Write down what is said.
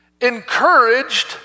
encouraged